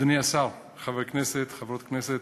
אדוני השר, חברי הכנסת, חברות הכנסת,